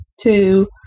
two